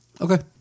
Okay